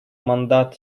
мандат